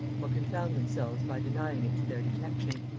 or confound themselves by denying it to their detection.